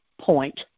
point